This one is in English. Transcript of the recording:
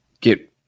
get